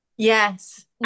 yes